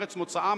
ארץ מוצאם,